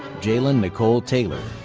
jalen nicole taylor.